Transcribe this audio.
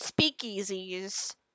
Speakeasies